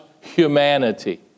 humanity